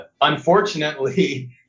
unfortunately